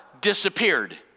disappeared